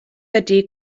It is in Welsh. ydy